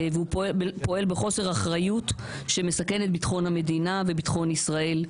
והוא פועל בחוסר אחריות שמסכן את ביטחון המדינה וביטחון ישראל.